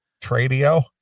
Tradio